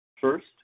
First